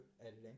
editing